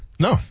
No